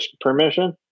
permission